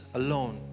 alone